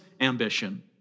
ambition